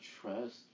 trust